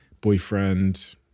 boyfriend